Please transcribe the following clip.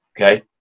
okay